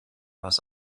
was